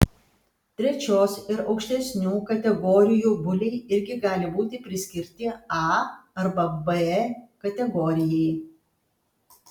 trečios ir aukštesnių kategorijų buliai irgi gali būti priskirti a arba b kategorijai